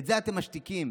ואת זה אתם משתיקים.